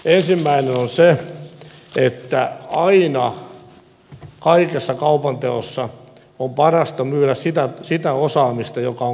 ensimmäinen on se että aina kaikessa kaupanteossa on parasta myydä sitä osaamista joka on kaikkein vahvinta